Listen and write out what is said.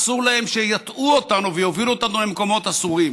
אסור להם שיטעו אותנו ויובילו אותנו למקומות אסורים.